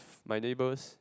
my neighbours